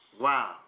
Wow